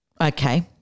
Okay